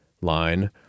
line